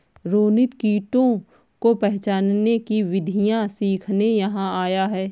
रोनित कीटों को पहचानने की विधियाँ सीखने यहाँ आया है